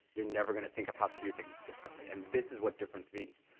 you're never gonna think of how to do things differently. and this is what difference means.